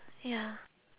ya